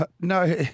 No